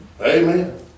Amen